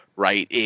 Right